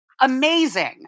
Amazing